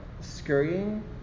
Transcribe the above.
scurrying